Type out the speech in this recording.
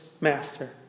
master